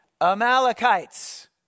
Amalekites